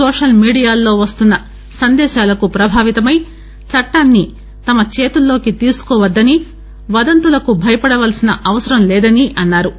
social మీడియాల్లో వస్తున్న సందేశాలకు ప్రభావితమై చట్టాన్ని తమ చేతుల్లోకి తీసుకోవద్దని వదంతులకు భయపడాల్సిన అవసరం లేదనీ అన్నా రు